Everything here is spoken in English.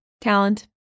Talent